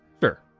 Sure